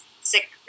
sick